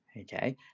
Okay